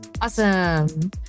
Awesome